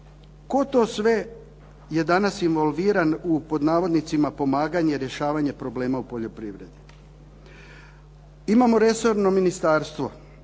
tko to sve je danas involviran u pod navodnicima pomaganje, rješavanje problema u poljoprivredi. Imamo resorno ministarstvo